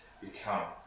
become